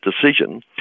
decision